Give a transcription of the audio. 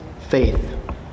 faith